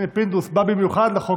הינה, פינדרוס בא במיוחד לחוק הזה.